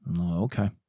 Okay